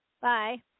Bye